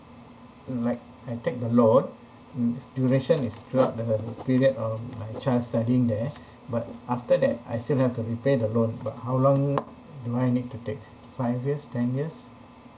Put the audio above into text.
mm like I take the loan mm duration is throughout the uh period of my child studying there but after that I still have to repay the loan but how long do I need to take five years ten years